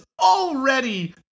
already